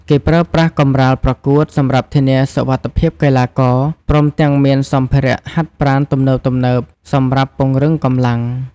គេប្រើប្រាស់កម្រាលប្រកួត សម្រាប់ធានាសុវត្ថិភាពកីឡាករ ព្រមទាំងមានសម្ភារៈហាត់ប្រាណទំនើបៗសម្រាប់ពង្រឹងកម្លាំង។